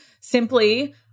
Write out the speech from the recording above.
simply